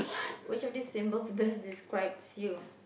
which of these symbols best describes you